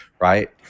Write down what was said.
right